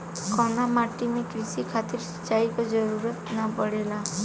कउना माटी में क़ृषि खातिर सिंचाई क जरूरत ना पड़ेला?